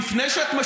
נכון.